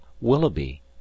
Willoughby